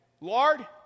Lord